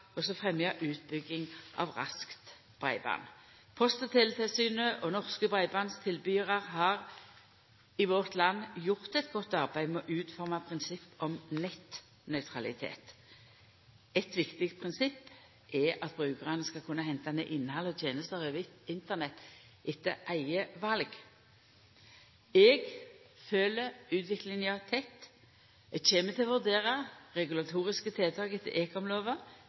utbygging av raskt breiband. Post- og teletilsynet og norske breibandstilbydarar har i landet vårt gjort eit godt arbeid med å utforma prinsipp om nettnøytralitet. Eit viktig prinsipp er at brukarane skal kunna henta ned innhald og tenester over Internett etter eige val. Eg følgjer utviklinga tett og kjem til å vurdera regulatoriske tiltak etter ekomlova